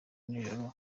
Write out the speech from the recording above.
n’ijoro